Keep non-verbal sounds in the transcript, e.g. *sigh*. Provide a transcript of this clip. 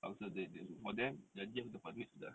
*noise* for them janji aku dapat duit sudah